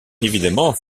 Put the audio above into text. évidemment